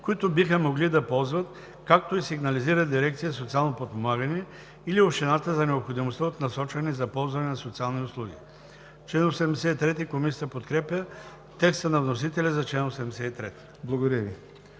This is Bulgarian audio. които биха могли да ползват, както и сигнализират дирекция „Социално подпомагане“ или общината за необходимостта от насочване за ползване на социални услуги.“ Комисията подкрепя текста на вносителя за чл. 83. ПРЕДСЕДАТЕЛ